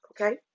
Okay